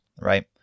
right